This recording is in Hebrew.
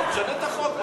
תשנה את החוק.